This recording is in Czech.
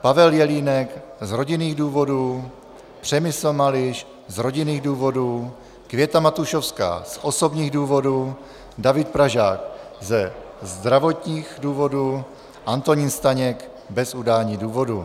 Pavel Jelínek z rodinných důvodů, Přemysl Mališ z rodinných důvodů, Květa Matušovská z osobních důvodů, David Pražák ze zdravotních důvodů, Antonín Staněk bez udání důvodu.